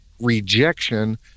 rejection